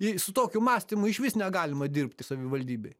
jei su tokiu mąstymu išvis negalima dirbti savivaldybėj